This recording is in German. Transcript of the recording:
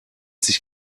sich